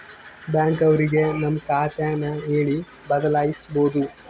bank ಅವ್ರಿಗೆ ನಮ್ ಖಾತೆ ನ ಹೇಳಿ ಬದಲಾಯಿಸ್ಬೋದು